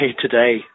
today